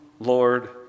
Lord